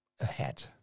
ahead